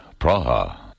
Praha